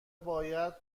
باید